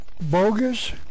bogus